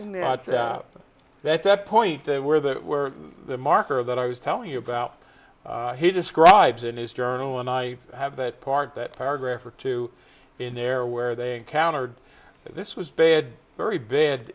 that that point they were that were the marker that i was telling you about he describes in his journal and i have that part that paragraph or two in there where they encountered this was bad very bad